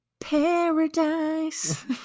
Paradise